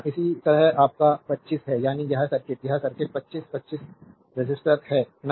इसी तरह आपका 25 is यानी यह सर्किट यह सर्किट 25 25 रेसिस्टर है ना